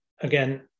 again